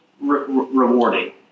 rewarding